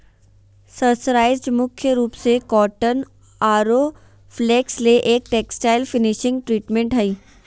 mercerised मुख्य रूप से कॉटन आरो फ्लेक्स ले एक टेक्सटाइल्स फिनिशिंग ट्रीटमेंट हई